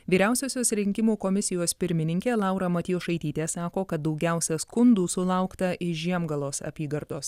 vyriausiosios rinkimų komisijos pirmininkė laura matjošaitytė sako kad daugiausiai skundų sulaukta iš žiemgalos apygardos